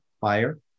fire